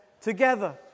together